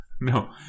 No